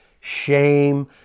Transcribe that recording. shame